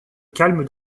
calme